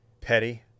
Petty